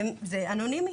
זה אנונימי.